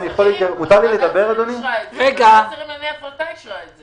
ועדת שרים לענייני הפרטה אישרה את זה.